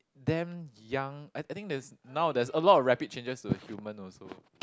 damn young I think I think there's now there's a lot of rapid changes to the humans also